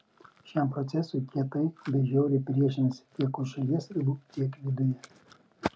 šiam procesui kietai bei žiauriai priešinasi tiek už šalies ribų tiek viduje